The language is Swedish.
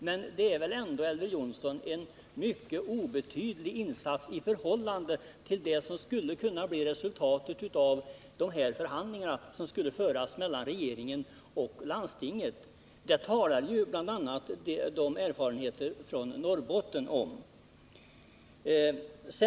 Men det är väl ändå, Elver Jonsson, en mycket obetydlig insats i förhållande till det resultat som skulle kunna bli följden av de förhandlingar som skulle föras mellan regeringen och landstinget i Värmland. För detta talar bl.a. erfarenheterna från Norrbotten.